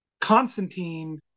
Constantine